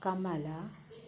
Kamala